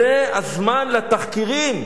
זה הזמן לתחקירים,